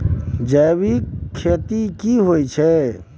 जैविक खेती की होए छै?